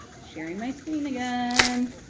sharing my screen again.